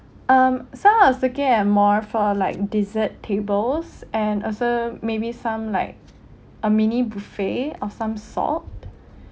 um so I was looking at more for like dessert tables and also maybe some like a mini buffet of some sort